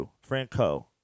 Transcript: Franco